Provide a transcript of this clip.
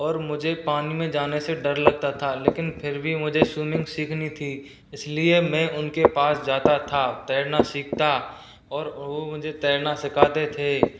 और मुझे पानी में जाने से डर लगता था लेकिन फिर भी मुझे स्विमिंग सिखनी थी इसलिए मैं उनके पास जाता था तैरना सीखता ओर वो मुझे तैरना सीखाते थे